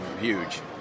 huge